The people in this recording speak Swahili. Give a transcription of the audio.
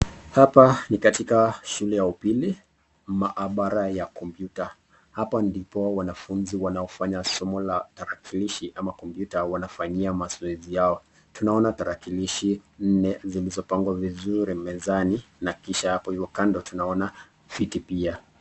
Hapa ni katika shule ya upili maabara ya kompyuta hapa ndipo wanafunzi wanaofanya somo la tarakilishi ama kompyuta wanafanyia mazoezi yao tunaona tarakilishi nne zilizo pangwa vizuri mezani alafu tunaona viti pia.